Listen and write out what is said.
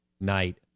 night